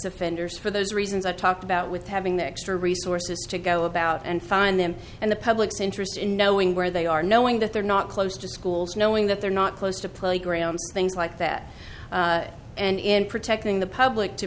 offenders for those reasons i talked about with having the extra resources to go about and find them and the public's interest in knowing where they are knowing that they're not close to schools knowing that they're not close to playgrounds and things like that and in protecting the public to